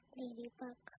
ladybug